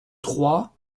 trois